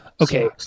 Okay